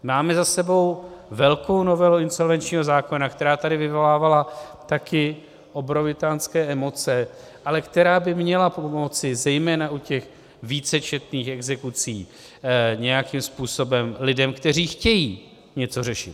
Máme za sebou velkou novelu insolvenčního zákona, která tady vyvolávala taky obrovitánské emoce, ale která by měla pomoci zejména u těch vícečetných exekucí nějakým způsobem lidem, kteří chtějí něco řešit.